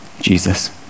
Jesus